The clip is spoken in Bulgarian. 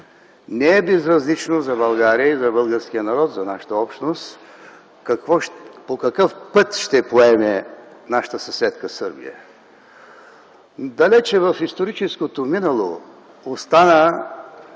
Не е безразлично за България и за българския народ, за нашата общност по какъв път ще поеме нашата съседка Сърбия. Далече в историческото минало остана